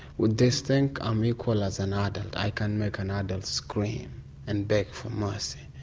with this thing i'm equal as an adult, i can make an ah adult scream and beg for mercy.